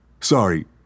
Sorry